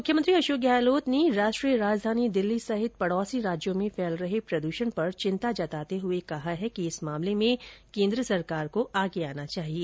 मुख्यमंत्री अशोक गहलोत ने राष्ट्रीय राजधानी दिल्ली सहित पड़ोसी राज्यों में फैल रहे प्रदूषण पर चिंता जताते हुए कहा है कि इस मामले में केन्द्र सरकार को आगे आना चाहिए